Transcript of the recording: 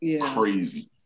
crazy